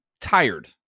tired